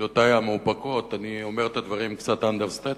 במידותי המאופקות אני אומר את הדברים קצת ב-understatement,